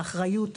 האחריות,